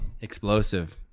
Explosive